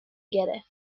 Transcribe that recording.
گرفت